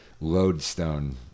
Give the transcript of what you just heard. Lodestone